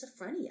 schizophrenia